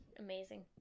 amazing